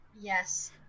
yes